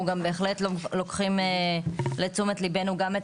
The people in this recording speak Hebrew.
אנחנו גם בהחלט לוקחים לתשומת ליבנו גם את